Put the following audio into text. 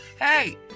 hey